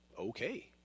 Okay